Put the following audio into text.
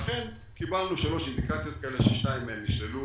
ואכן קיבלנו שלוש אינדיקציות כאלה ששתיים מהן נשללו